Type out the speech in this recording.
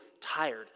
tired